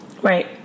Right